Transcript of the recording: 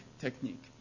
technique